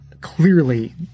clearly